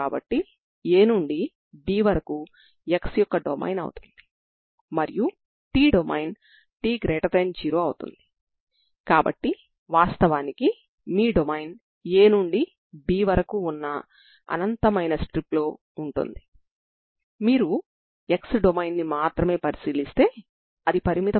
కాబట్టి స్ట్రింగ్ యొక్క ఒక చివరను మీరు uLt0 గా నిర్ణయించవచ్చు మరియు రెండవ చివరను ux0t0 గా వదిలి వేయవచ్చు